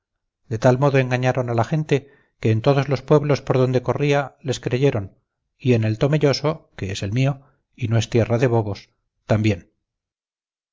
de tal modo engañaron a la gente que en todos los pueblos por donde corrían les creyeron y en el tomelloso que es el mío y no es tierra de bobos también